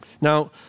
Now